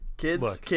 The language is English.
Kids